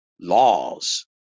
laws